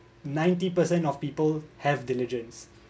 ninety percent of people have diligence